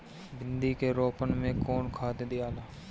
भिंदी के रोपन मे कौन खाद दियाला?